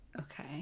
Okay